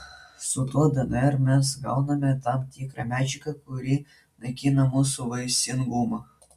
su tuo dnr mes gauname tam tikrą medžiagą kuri naikina mūsų vaisingumą